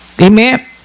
Amen